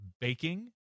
Baking